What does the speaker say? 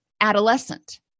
adolescent